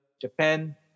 Japan